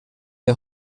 der